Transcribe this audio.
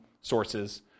sources